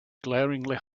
glaringly